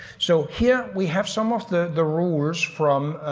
so here we have some of the the rules from